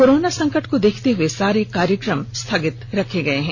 corona संकट को देखते हुए सारे कार्यक्रम स्थगित रखे गए हैं